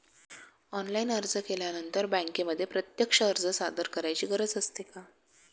Online अर्ज केल्यानंतर बँकेमध्ये प्रत्यक्ष अर्ज सादर करायची गरज असते का?